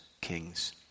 kings